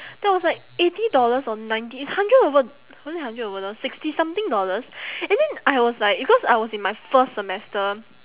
that was like eighty dollars or ninety it's hundred over was it hundred over doll~ sixty something dollars and then I was like because I was in my first semester